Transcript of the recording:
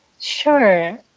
Sure